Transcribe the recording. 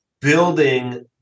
building